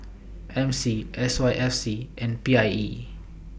M C S Y F C and P I E